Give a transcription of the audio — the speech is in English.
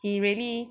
he really